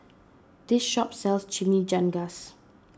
this shop sells Chimichangas